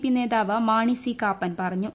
P നേതാവ് Mani C Kappan പറഞ്ഞു